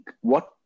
what-